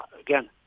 again